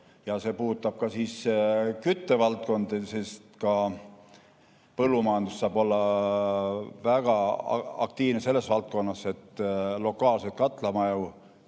See puudutab ka küttevaldkonda, sest ka põllumajandus saab olla väga aktiivne selles valdkonnas, et lokaalselt katlamaju